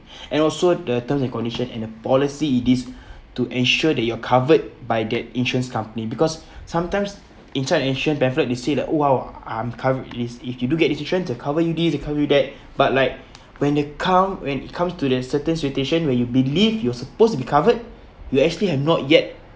and also the terms and condition and the policy it is to ensure that you are covered by that insurance company because sometimes inside an insurance pamphlet they say that !wow! I'm co~ is if you do get this insurance they'll cover you this they'll cover you that but like when they come when it comes to the certain situations where you believed you're supposed to be covered you actually have not yet